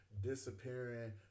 disappearing